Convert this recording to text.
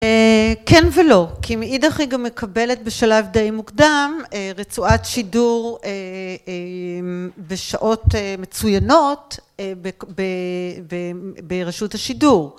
כן ולא, כי מאידך היא גם מקבלת בשלב די מוקדם, רצועת שידור בשעות מצוינות ברשות השידור